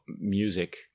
music